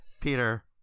Peter